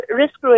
risk